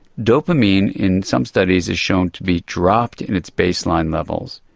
dopamine in some studies is shown to be dropped in its baseline levels.